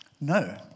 No